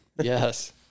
Yes